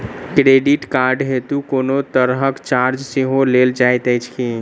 Credit card हेतु कोनो तरहक चार्ज सेहो लेल जाइत अछि की?